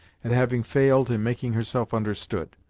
at having failed in making herself understood.